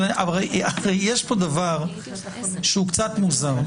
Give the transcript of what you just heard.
אבל יש פה דבר שהוא קצת מוזר.